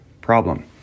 problem